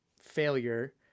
failure